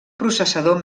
processador